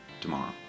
tomorrow